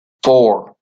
four